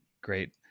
Great